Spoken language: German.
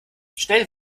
schnell